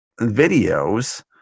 videos